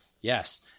Yes